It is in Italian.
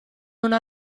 una